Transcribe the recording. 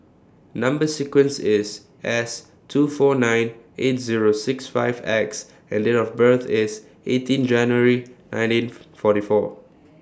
Number sequence IS S two four nine eight Zero six five X and Date of birth IS eighteen January nineteen forty four